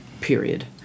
period